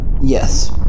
yes